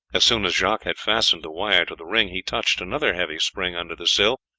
as soon as jacques had fastened the wire to the ring he touched another heavy spring under the sill,